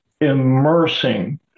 immersing